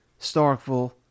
Starkville